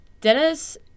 Dennis